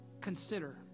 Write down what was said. consider